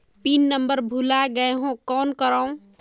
Pin number भुला गयें हो कौन करव?